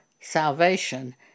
salvation